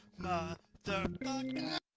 Motherfucker